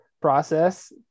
process